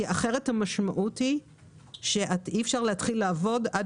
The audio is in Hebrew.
כי אחרת המשמעות היא שאי אפשר להתחיל לעבוד עד